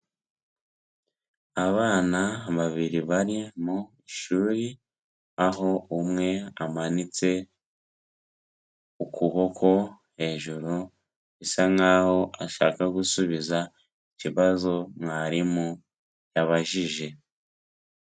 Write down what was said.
Abana babiri bari mu ishuri, aho umwe amanitse ukuboko hejuru bisa nk'aho ashaka gusubiza ikibazo mwarimu yabajije.